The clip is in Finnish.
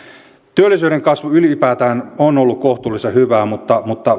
työllisyyden kasvu ylipäätään on ollut kohtuullisen hyvää mutta mutta